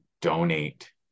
donate